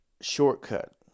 shortcut